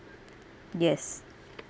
yes